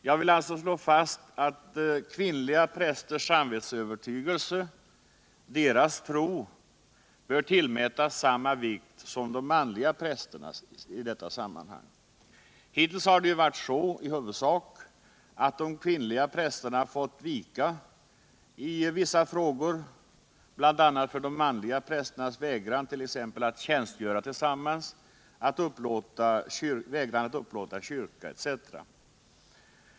Jag vill alltså slå fast att kvinnliga pristers samvetsövertygelse, deras tro, bör tillmätas summa vikt som de manliga prästernas i detta sammanhang. Hittills har det ju varit så i huvudsak att de kvinnliga prästerna fått vika i vissa frågor, bl.a. för de manliga prästernas vägran att tjänstgöra tillsammans, vägran att upplåta kyrka ete.